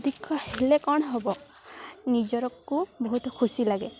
ଦେଖ ହେଲେ କ'ଣ ହେବ ନିଜରକୁ ବହୁତ ଖୁସି ଲାଗେ